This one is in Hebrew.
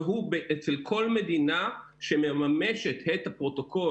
והוא אצל כל מדינה שמממשת את הפרוטוקול